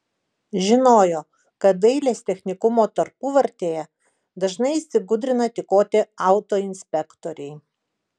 žinojo kad dailės technikumo tarpuvartėje dažnai įsigudrina tykoti autoinspektoriai